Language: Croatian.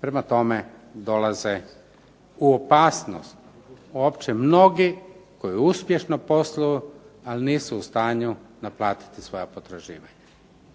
Prema tome, dolaze u opasnost uopće mnogi koji uspješno posluju ali nisu u stanju naplatiti svoja potraživanja.